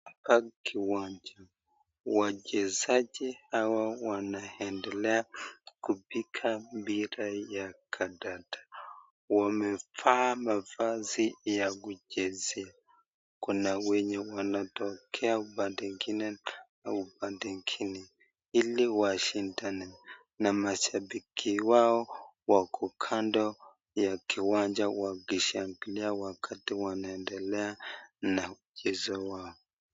Hapa ni kiwanja, wachezaji hawa wanaendelea kupiga mpira ya kandanda. Wamevaa mavazi ya kuchezea. Kuna wenye wanatokea pande ingine na upande ingine, Ili washindane na mashabiki wao wako kando ya kiwanja wakishangilia wakiendeles na mchezo wao.